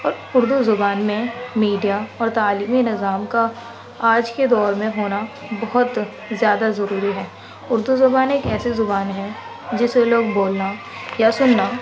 اور اردو زبان میں میڈیا اور تعلیمی نظام کا آج کے دور میں ہونا بہت زیادہ ضروری ہے اردو زبان ایک ایسی زبان ہے جسے لوگ بولنا یا سننا